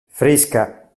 fresca